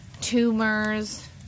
Tumors